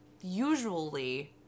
usually